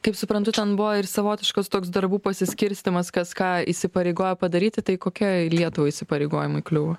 kaip suprantu ten buvo ir savotiškas toks darbų pasiskirstymas kas ką įsipareigoja padaryti tai kokie lietuvai įsipareigojimai kliuvo